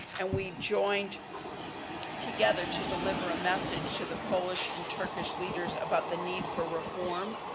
and, we joined together to deliver a message to the polish and turkish leaders about the need for reform,